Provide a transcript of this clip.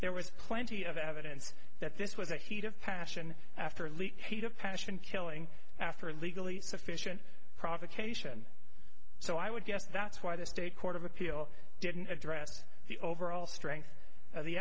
there was plenty of evidence that this was a heat of passion after leak heat of passion killing after a legally sufficient provocation so i would guess that's why the state court of appeal didn't address the overall strength of the